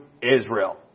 Israel